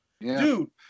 Dude